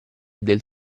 del